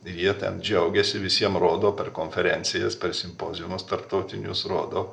ir jie ten džiaugiasi visiem rodo per konferencijas simpoziumus tarptautinius rodo